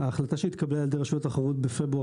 ההחלטה שהתקבלה על ידי רשות התחרות בפברואר